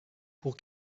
pour